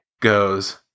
goes